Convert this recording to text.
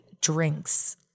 drinks